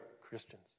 Christians